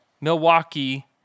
Milwaukee